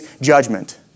judgment